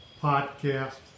podcast